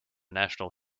national